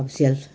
अब सेल्फ